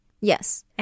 Yes